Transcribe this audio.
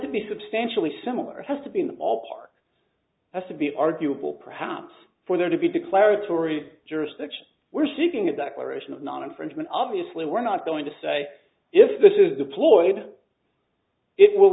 to be substantially similar has to be in the ballpark as to be arguable perhaps for there to be declaratory jurisdiction we're sitting at that liberation of non infringement obviously we're not going to say if this is deployed it will